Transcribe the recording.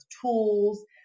tools